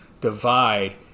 divide